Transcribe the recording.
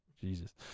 Jesus